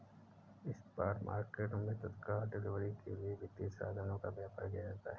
spot market मैं तत्काल delivery के लिए वित्तीय साधनों का व्यापार किया जाता है